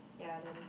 ya then